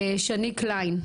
שני קליין,